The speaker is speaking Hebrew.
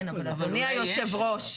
כן, אבל אדוני היושב-ראש.